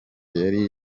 yari